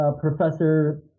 Professor